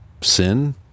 sin